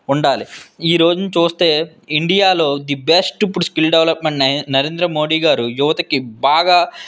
ఉండాలి ఈరోజున చూస్తే ఇండియాలో ది బెస్ట్ ఇప్పుడు స్కిల్ డెవలప్మెంట్ నరేంద్ర మోది గారు యువతకు బాగా